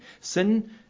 Sin